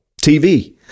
TV